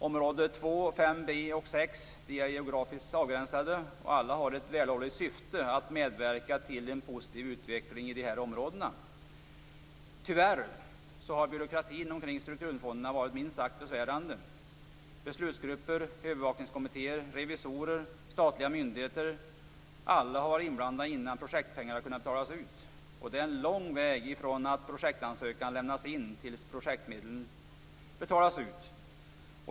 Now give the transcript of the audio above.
Område 2, 5b och 6 är geografiskt avgränsade och alla har ett vällovligt syfte att medverka till en positiv utveckling i dessa områden. Tyvärr har byråkratin omkring strukturfonderna varit minst sagt besvärande. Beslutsgrupper, övervakningskommittéer, revisorer och statliga myndigheter har varit inblandade innan projektpengar har kunnat betalas ut. Det är en lång väg från det att projektansökan lämnas in till det att projektmedlen betalas ut.